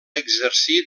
exercir